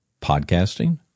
Podcasting